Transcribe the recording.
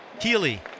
Healy